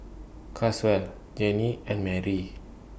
Caswell Gene and Marry